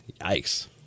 Yikes